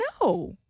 no